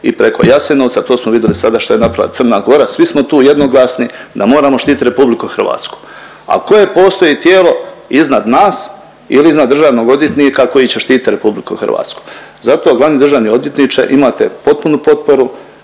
i preko Jasenovca, to smo vidjeli sada što je napravila Crna Gora. Svi smo tu jednoglasni da moramo štititi RH, a koje postoji tijelo iznad nas ili iznad državnog odvjetnika koji će štititi RH. Zato glavni državni odvjetniče imate potpunu potporu